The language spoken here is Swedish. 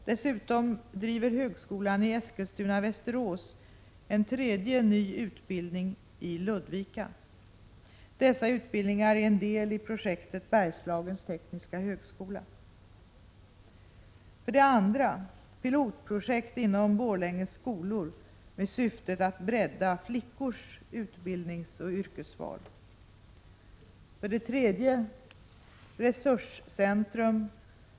Dessutom driver högskolan i Eskilstuna/Västerås en tredje ny utbildning i Ludvika. Dessa utbildningar är en del i projektet ”Bergslagens Tekniska Högskola”.